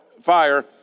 fire